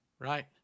right